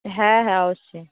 হ্যাঁ হ্যাঁ অবশ্যই